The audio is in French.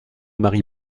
marie